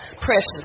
precious